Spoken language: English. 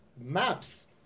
maps